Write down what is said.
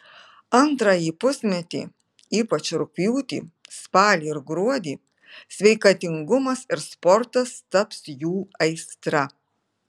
antrąjį pusmetį ypač rugpjūtį spalį ir gruodį sveikatingumas ir sportas taps jų aistra